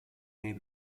nei